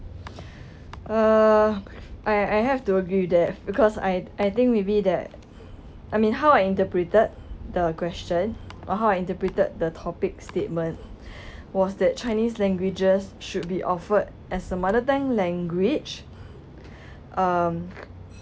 uh I I have to agree with that because I I think maybe that I mean how I interpreted the question or how I interpreted the topic statement was that chinese languages should be offered as a mother tongue language um